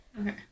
Okay